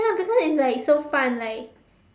ya because it's like so fun like